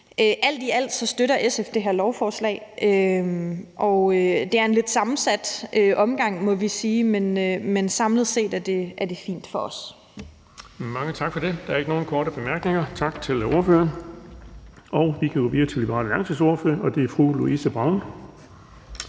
Alt i alt støtter SF det her lovforslag. Det er en lidt sammensat omgang, må vi sige, men samlet set er det fint for os.